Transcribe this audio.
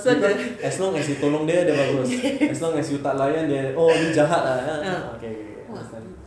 because as long as you tolong dia dia bagus as long as you tak layan dia oh you jahat ah ah okay okay okay understand